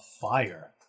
fire